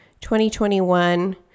2021